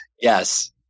Yes